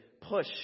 push